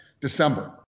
December